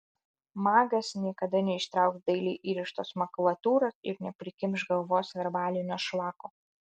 magas niekada neištrauks dailiai įrištos makulatūros ir neprikimš galvos verbalinio šlako